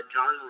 John